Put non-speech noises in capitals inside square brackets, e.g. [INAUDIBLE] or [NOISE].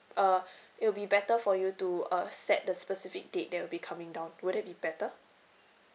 uh [BREATH] it will be better for you to uh set the specific date that you'll be coming down would that be better